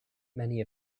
many